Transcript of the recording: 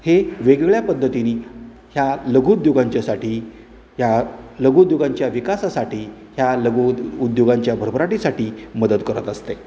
हे वेगवेगळ्या पद्धतीनी ह्या लघुउद्योगांच्यासाठी या लघुउद्योगांच्या विकासासाठी ह्या लघुद उद्योगांच्या भरपराटीसाठी मदत करत असते